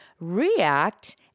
react